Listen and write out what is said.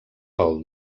pel